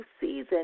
season